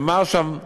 נאמר שם כך: